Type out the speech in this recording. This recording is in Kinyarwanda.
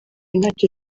ntacyo